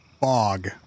bog